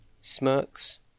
smirks